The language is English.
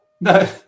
no